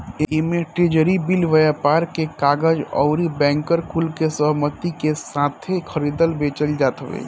एमे treasury bill, व्यापार के कागज अउरी बैंकर कुल के सहमती के साथे खरीदल बेचल जात हवे